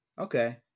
okay